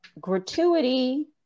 gratuity